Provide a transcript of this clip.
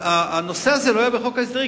הנושא הזה לא היה בחוק ההסדרים,